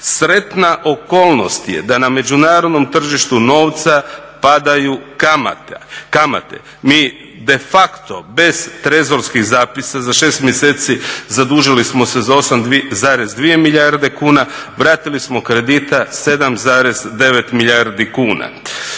Sretna okolnost je da na međunarodnom tržištu novca padaju kamate. Mi de facto bez trezorskih zapisa za 6 mjeseci zadužili smo se za 8,2 milijarde kuna, vratili smo kredita 7,9 milijardi kuna.